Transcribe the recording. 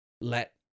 let